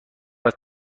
است